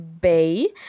Bay